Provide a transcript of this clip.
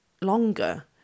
longer